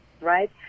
right